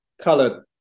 colored